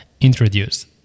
introduce